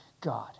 God